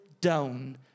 down